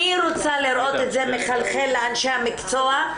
אני רוצה לראות את זה מחלחל לאנשי המקצוע.